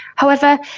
however,